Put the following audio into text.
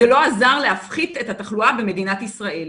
זה לא עזר להפחית את התחלואה במדינת ישראל,